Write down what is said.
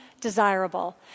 desirable